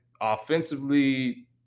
offensively